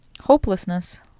hopelessness